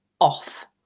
off